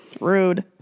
Rude